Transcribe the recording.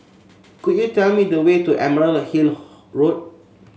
could you tell me the way to Emerald Hill Road